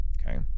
Okay